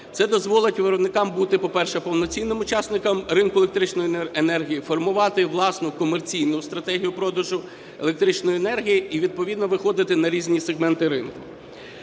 Це дозволить виробникам бути, по-перше, повноцінним учасником ринку електричної енергії, формувати власну комерційну стратегію продажу електричної енергії і відповідно виходити на різні сегменти ринку.